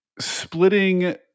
Splitting